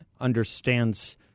understands